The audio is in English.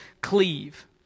cleave